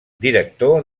director